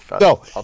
No